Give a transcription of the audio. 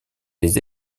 des